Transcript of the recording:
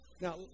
Now